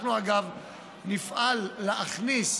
אנחנו, אגב, נפעל להכניס,